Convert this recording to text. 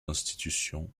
institutions